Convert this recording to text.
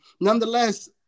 nonetheless